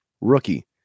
rookie